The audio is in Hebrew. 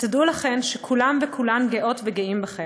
ותדעו לכן שכולם וכולן גאות וגאים בכן.